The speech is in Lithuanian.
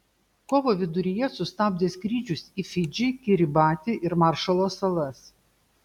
kovo viduryje sustabdė skrydžius į fidžį kiribatį ir maršalo salas